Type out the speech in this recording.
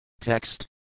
Text